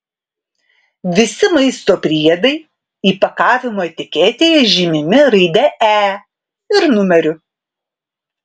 visi maisto priedai įpakavimo etiketėje žymimi raide e ir numeriu